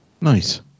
Nice